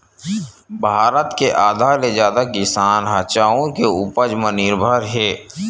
भारत के आधा ले जादा किसान ह चाँउर के उपज म निरभर हे